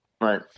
Right